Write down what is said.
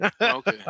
Okay